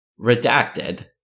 Redacted